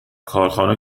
کارخانه